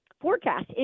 forecast